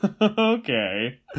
Okay